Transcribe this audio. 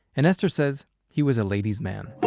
and esther says he was a ladies' man